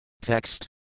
Text